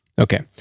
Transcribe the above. Okay